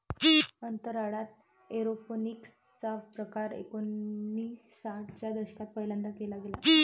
अंतराळात एरोपोनिक्स चा प्रकार एकोणिसाठ च्या दशकात पहिल्यांदा केला गेला